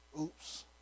Oops